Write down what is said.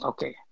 Okay